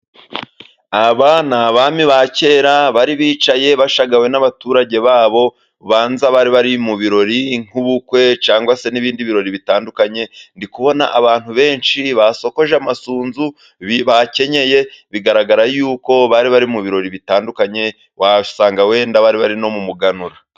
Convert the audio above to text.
Aba ni abami ba kera bari bicaye bashagawe n'abaturage babo, ubanza bari bari mu birori nk'ubukwe cyangwa se n'ibindi birori bitandukanye. Ndi kubona abantu benshi basokoje amasunzu, bakenyeye, bigaragara ko bari bari mu birori bitandukanye, wasanga wenda bari bari no mu muganura.